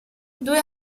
due